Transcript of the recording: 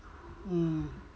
mm